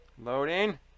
Loading